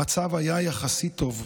המצב היה יחסית טוב,